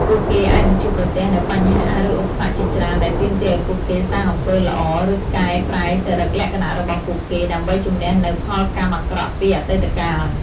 ពួកគេអាចនឹងជួបប្រទះនូវបញ្ហា ឬឧបសគ្គជាច្រើន ដែលទាមទារឱ្យពួកគេសាងអំពើល្អ ឬកែប្រែចរិតលក្ខណៈរបស់ពួកគេ ដើម្បីជម្នះនូវផលកម្មអាក្រក់ពីអតីតកាល។